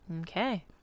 Okay